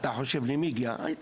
מי אתה חושב שהגיע?